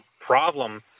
problem